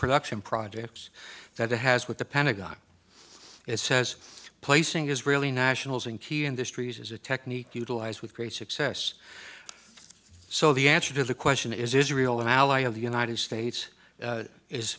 production projects that it has with the pentagon it says placing israeli nationals in key industries is a technique utilized with great success so the answer to the question is israel an ally of the united states